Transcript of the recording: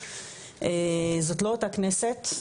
זאת לא אותה כנסת,